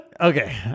Okay